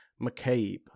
McCabe